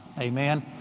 Amen